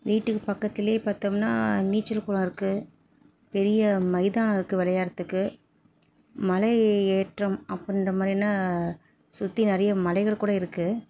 வீட்டுக்கு பக்கத்திலே பார்த்தோம்னா நீச்சல் குளம் இருக்குது பெரிய மைதானம் இருக்குது விளையாடுறதுக்கு மலை ஏற்றம் அப்புடின்ற மாதிரியான சுற்றி நிறைய மலைகள் கூட இருக்குது